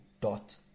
dot